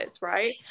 right